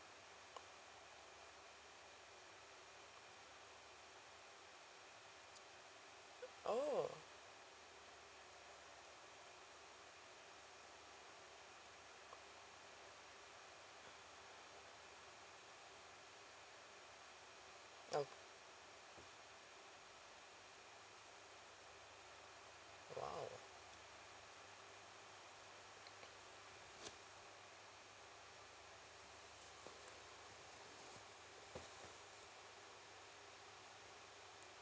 oh o~ !wow!